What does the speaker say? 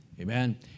Amen